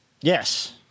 Yes